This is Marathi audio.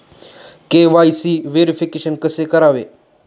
के.वाय.सी व्हेरिफिकेशन कसे करावे?